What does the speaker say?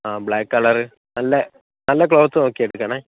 ആ black colour നല്ല നല്ല ക്ലോത്ത് നോക്കി എടുക്കണേ